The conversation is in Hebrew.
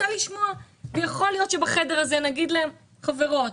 אני רוצה לשמוע כי יכול להיות שבחדר הזה נאמר להן חברות,